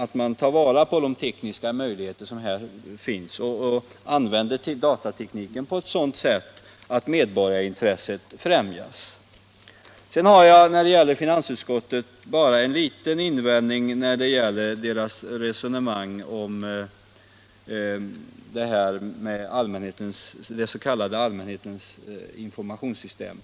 att man tar vara på de tekniska möjligheter som finns och använder datatekniken på ett sådant sätt att medborgarintresset främjas. Sedan har jag bara en liten invändning när det gäller finansutskottets resonemang om försöksverksamheten med det vi kallar allmänhetens informationssystem.